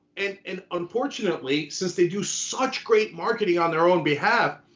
and and unfortunately, since they do such great marketing on their own behalf,